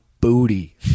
booty